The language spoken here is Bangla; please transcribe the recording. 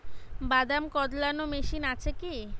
বাদাম কদলানো মেশিন আছেকি?